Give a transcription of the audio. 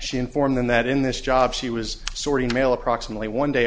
she informed them that in this job she was sorting mail approximately one day a